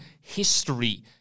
history